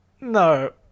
No